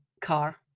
car